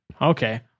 Okay